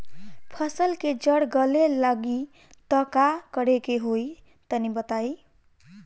फसल के जड़ गले लागि त का करेके होई तनि बताई?